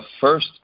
first